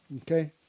okay